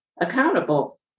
accountable